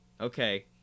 Okay